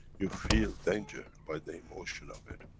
you feel danger, by the emotion of it.